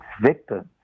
victims